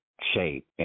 shape